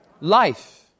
Life